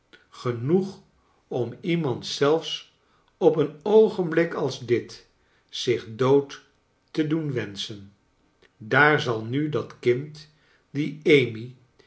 genoeg om iemand zelfs op een oogenblik als dit zich dood te doen wenschen daar zal nu dat kind die amy